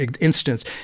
instance